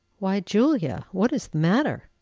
why, julia! what is the matter?